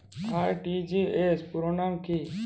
RTGS পুরো নাম কি?